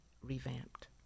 revamped